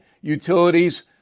utilities